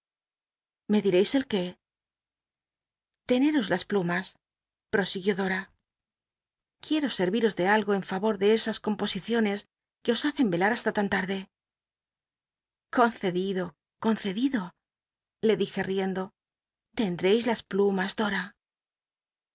me direis el qué o teneros las plumas prosiguió dora quiero serviros de algo en favor de esas comrosiciones qu e os hacen ciar hasta tan larde i concedido concedido le rlijc riendo tcna drcis las plumas dora